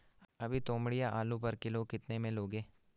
अभी तोमड़िया आलू पर किलो कितने में लोगे?